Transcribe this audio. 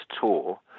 tour